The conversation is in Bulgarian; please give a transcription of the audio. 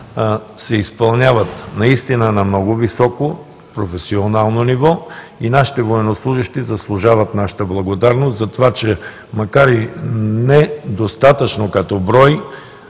се изпълняват на много високо професионално ниво и нашите военнослужещи заслужават нашата благодарност за това, че макар и недостатъчно като брой,